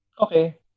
Okay